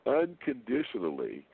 unconditionally